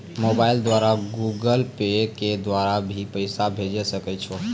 Mobile द्वारा Google Pay के द्वारा भी पैसा भेजै सकै छौ?